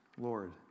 Lord